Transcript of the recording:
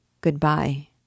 Goodbye